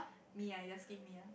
me ah you asking me ah